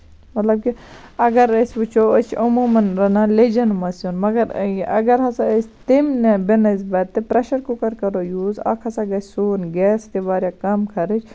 مطلب کہِ اَگر أسۍ وٕچھو أسۍ چھِ عموٗمَن رَنان لیٚجَن منٛز سیُن مَگر اَگر ہسا أسۍ تمہِ بیٚنِسبتہٕ پریشَر کُکَر کَرو یوٗز اکھ ہسا گژھِ سون گیس تہِ واریاہ کَم خَرٕچ